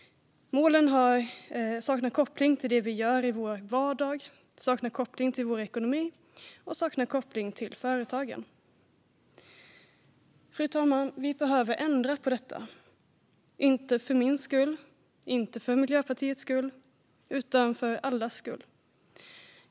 Målen saknar koppling till det vi gör i vår vardag, saknar koppling till vår ekonomi och saknar koppling till företagen. Fru talman! Vi behöver ändra på detta - inte för min skull, inte för Miljöpartiets skull utan för allas skull.